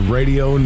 Radio